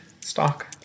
stock